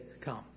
come